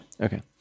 Okay